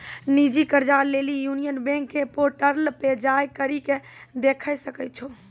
निजी कर्जा लेली यूनियन बैंक के पोर्टल पे जाय करि के देखै सकै छो